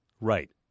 right